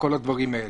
לכל הדברים האלה.